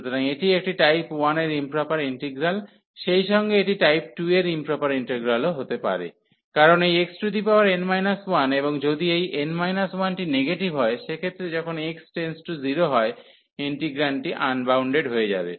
সুতরাং এটি একটি টাইপ 1 এর ইম্প্রপার ইন্টিগ্রাল সেইসঙ্গে এটি টাইপ 2 এর ইম্প্রপার ইন্টিগ্রালও হতে পারে কারণ এই xn 1 এবং যদি এই n 1 টি নেগেটিভ হয় সেক্ষেত্রে যখন x→0 হয় ইন্টিগ্রান্ডটি আনবাউন্ডেড হয়ে যাবে